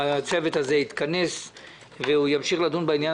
הצוות הזה יתכנס והוא ימשיך לדון בעניין